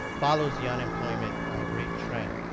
follows the unemployment rate trend.